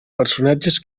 personatges